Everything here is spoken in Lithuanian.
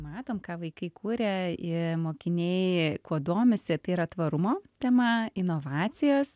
matom ką vaikai kuria ir mokiniai kuo domisi tai yra tvarumo tema inovacijos